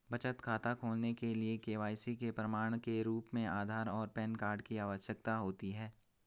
बचत खाता खोलने के लिए के.वाई.सी के प्रमाण के रूप में आधार और पैन कार्ड की आवश्यकता होती है